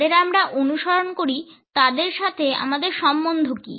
যাদের আমরা অনুসরণ করি তাদের সাথে আমাদের সম্বন্ধ কি